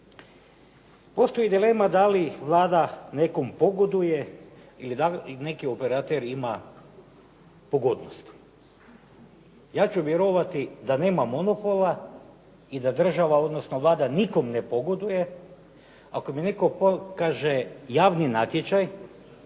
Postoji dilema da li Vlada nekom pogoduje ili da li neki operater ima pogodnost. Ja ću vjerovati da nema monopola i da država, odnosno Vlada nikom ne pogoduje. Ako mi netko pokaže javni natječaj